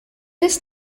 this